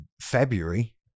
February